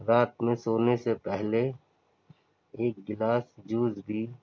رات میں سونے سے پہلے ایک گلاس جوس بھی